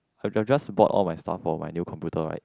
I just bought all my stuff for my new computer right